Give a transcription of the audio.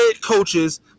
coaches